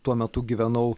tuo metu gyvenau